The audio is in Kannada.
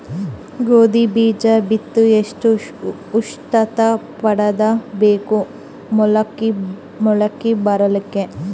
ಗೋಧಿ ಬೀಜ ಬಿತ್ತಿ ಎಷ್ಟ ಉಷ್ಣತ ಕಾಪಾಡ ಬೇಕು ಮೊಲಕಿ ಬರಲಿಕ್ಕೆ?